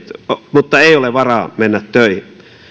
mutta ei ole varaa mennä töihin